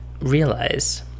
realize